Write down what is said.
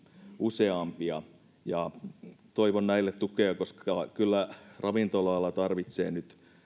useampia toivon näille tukea koska kyllä ravintola ala tarvitsee nyt